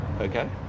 Okay